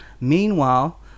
Meanwhile